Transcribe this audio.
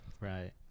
Right